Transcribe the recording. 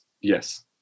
Yes